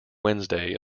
wednesday